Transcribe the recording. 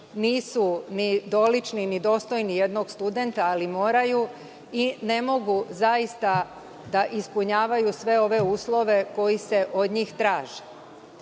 nisu dolični ni dostojni jednog studenta, ali moraju. Tako ne mogu zaista da ispunjavaju sve ove uslove koji se od njih